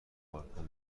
بالکن